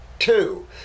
two